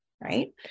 right